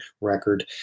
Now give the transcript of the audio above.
record